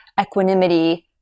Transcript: equanimity